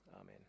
amen